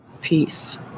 peace